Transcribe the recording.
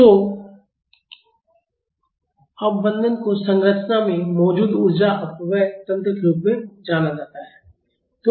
तो अवमंदन को संरचना में मौजूद ऊर्जा अपव्यय तंत्र के रूप में जाना जाता है